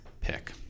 pick